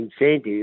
Incentives